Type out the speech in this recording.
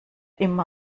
immer